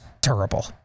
terrible